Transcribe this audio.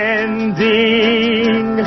ending